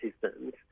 systems